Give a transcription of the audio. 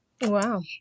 Wow